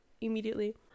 immediately